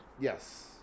Yes